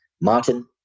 Martin